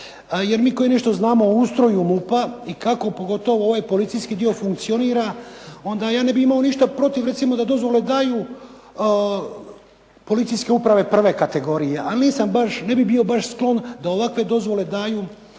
jer mi koji nešto znamo o ustroju MUP-a i kako pogotovo ovaj policijski dio funkcionira onda ja ne bi imaš ništa protiv recimo da dozvole daju policijske uprave I. kategorije ali nisam baš, ne bi bio baš sklon da ovakve dozvole daju